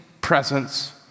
presence